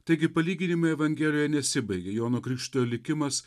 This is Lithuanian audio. taigi palyginimai evangelijoje nesibaigia jono krikštytojo likimas